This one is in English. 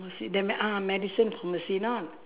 ~macy the me~ ah medicine pharmacy now